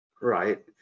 Right